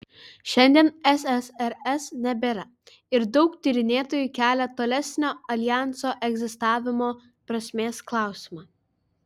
šiandien ssrs nebėra ir daug tyrinėtojų kelia tolesnio aljanso egzistavimo prasmės klausimą